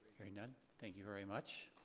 hearing none. thank you very much.